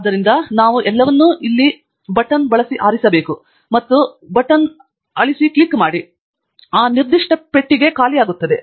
ಆದ್ದರಿಂದ ನಾವು ಎಲ್ಲವನ್ನೂ ಇಲ್ಲಿ ಎಲ್ಲಾ ಗುಂಡಿಯನ್ನು ಬಳಸಿ ಆರಿಸಬೇಕು ಮತ್ತು ಗುಂಡಿಯನ್ನು ಅಳಿಸಿ ಕ್ಲಿಕ್ ಮಾಡಿ ಆ ನಿರ್ದಿಷ್ಟ ಪಟ್ಟಿಗೆ ಖಾಲಿ ಆಗುತ್ತದೆ